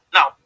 Now